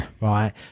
Right